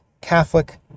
Catholic